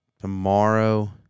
tomorrow